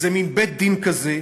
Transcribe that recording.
איזה מין בית-דין כזה,